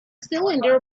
cylinder